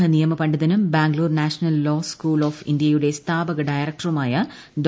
പ്രമുഖ നിയമ പണ്ഡിതനും Bangalore national law school of ഇന്ത്യയുടെ സ്ഥാപക ഡയറക്ടറുമായ ഡോ